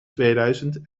tweeduizend